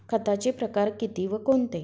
खताचे प्रकार किती व कोणते?